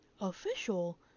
official